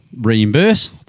reimburse